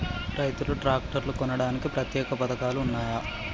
రైతులు ట్రాక్టర్లు కొనడానికి ప్రత్యేక పథకాలు ఉన్నయా?